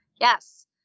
Yes